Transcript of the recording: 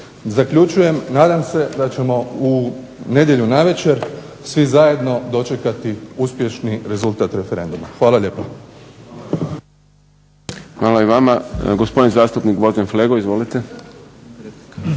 Zaključujem. Nadam se da ćemo u nedjelju navečer svi zajedno dočekati uspješni rezultat referenduma. Hvala lijepa. **Šprem, Boris (SDP)** Hvala i vama. Gospodin zastupnik Gvozden Flego. Izvolite.